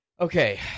Okay